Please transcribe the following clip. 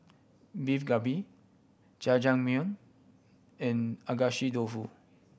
Beef Galbi Jajangmyeon and Agedashi Dofu